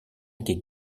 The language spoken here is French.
étaient